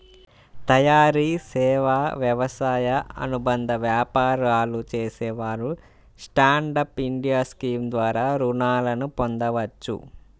తయారీ, సేవా, వ్యవసాయ అనుబంధ వ్యాపారాలు చేసేవారు స్టాండ్ అప్ ఇండియా స్కీమ్ ద్వారా రుణాలను పొందవచ్చు